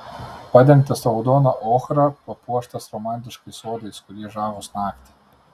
padengtas raudona ochra papuoštas romantiškais sodais kurie žavūs naktį